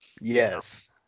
Yes